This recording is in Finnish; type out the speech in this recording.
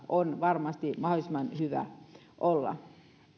on varmasti mahdollisimman hyvä olla